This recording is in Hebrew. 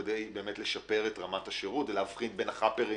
כדי לשפר את רמת השירות ולהבחין בין החאפרים